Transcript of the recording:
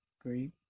Great